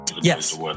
Yes